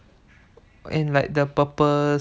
in like the purpose